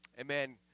Amen